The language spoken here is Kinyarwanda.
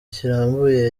kirambuye